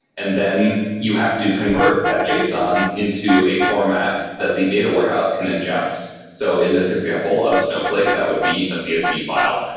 and then you have to convert that json into a format that the data warehouse can ingest. so in this example of snowflake, that would be a csv file.